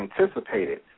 anticipated